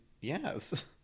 yes